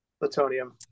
Plutonium